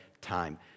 time